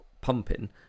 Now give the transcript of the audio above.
pumping